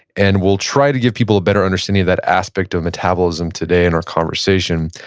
and we'll try to give people a better understanding of that aspect of metabolism today in our conversation.